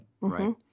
right